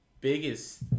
biggest